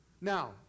now